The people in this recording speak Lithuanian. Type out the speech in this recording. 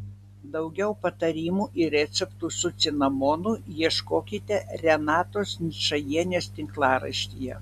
daugiau patarimų ir receptų su cinamonu ieškokite renatos ničajienės tinklaraštyje